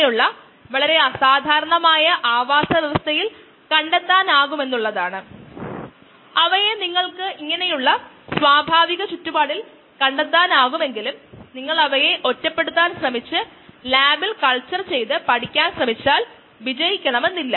നമുക്ക് തുടരാം ഇനിഷ്യൽ വിശകലനം ആണ് നമ്മൾ ഇതുവരെ നടത്തിയത് നിർദ്ദിഷ്ട വളർച്ചാ നിരക്കിലെ സബ്സ്ട്രേറ്റ് സ്വാധീനം പരിഗണിച്ചില്ല